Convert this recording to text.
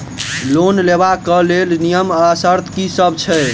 Loan लेबऽ कऽ लेल नियम आ शर्त की सब छई?